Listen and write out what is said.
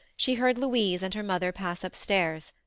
she heard louise and her mother pass upstairs,